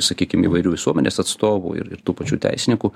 sakykim įvairių visuomenės atstovų ir ir tų pačių teisininkų